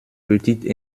petites